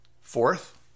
Fourth